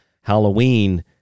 Halloween